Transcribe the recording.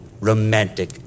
romantic